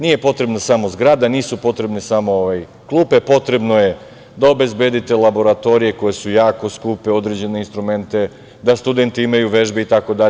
Nije potrebna samo zgrada, nisu potrebne samo klupe, potrebno je da obezbedite laboratorije koje su jako skupe, određene instrumente, da studenti imaju vežbe itd.